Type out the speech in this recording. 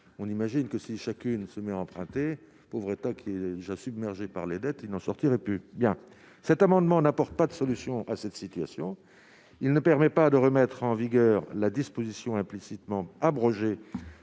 on imagine que si chacune emprunter pauvreté qui est déjà submergé par les dettes, il n'en sortirait plus il y a cet amendement n'apporte pas de solution à cette situation, il ne permet pas de remettre en vigueur la disposition implicitement abrogées